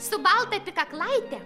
su balta apykaklaite